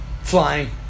Flying